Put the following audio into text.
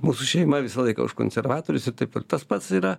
mūsų šeima visą laiką už konservatorius ir taip ir tas pats yra